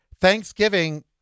Thanksgiving